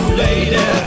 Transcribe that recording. lady